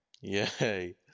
Yay